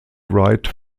wright